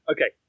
Okay